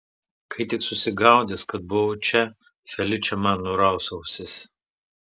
kai tik susigaudys kad buvau čia feličė man nuraus ausis